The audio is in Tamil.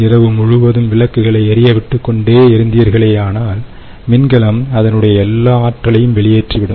இரவு முழுவதும் விளக்குகளை எரிய விட்டுக் கொண்டேஇருந்தீர்களேயானால் மின்கலம் அதனுடைய எல்லா ஆற்றலையும் வெளியேற்றிவிடும்